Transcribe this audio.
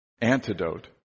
antidote